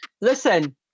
Listen